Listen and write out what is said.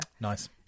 nice